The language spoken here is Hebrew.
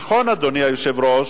נכון, אדוני היושב-ראש,